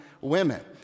women